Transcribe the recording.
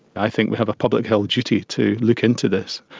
i think we have a public health duty to look into this,